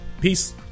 Peace